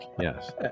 yes